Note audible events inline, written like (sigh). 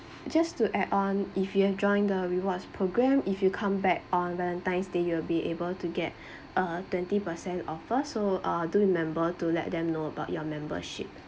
just to add on if you have joined the rewards program if you come back on valentine's day you will be able to get (breath) a twenty percent offer so uh do remember to let them know about your membership